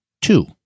Two